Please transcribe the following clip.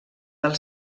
del